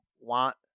want